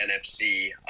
NFC